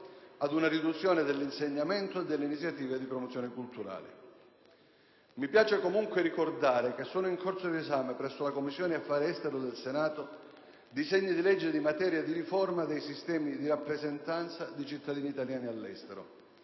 ad una riduzione dell'insegnamento e delle iniziative di promozione culturale. Mi piace comunque ricordare che sono in corso di esame presso la Commissione affari esteri del Senato disegni di legge in materia di riforma dei sistemi di rappresentanza di cittadini italiani all'estero,